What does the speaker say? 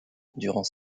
durant